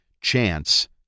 chance